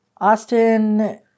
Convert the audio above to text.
Austin